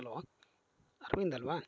hello Arvind ಅಲ್ವಾ